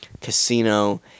casino